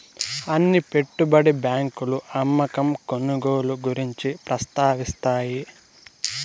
అన్ని పెట్టుబడి బ్యాంకులు అమ్మకం కొనుగోలు గురించి ప్రస్తావిస్తాయి